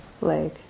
leg